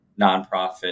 nonprofit